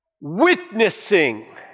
witnessing